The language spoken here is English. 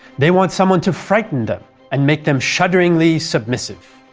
they want someone to frighten them and make them shudderingly submissive.